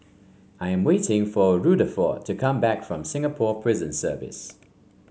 I am waiting for Rutherford to come back from Singapore Prison Service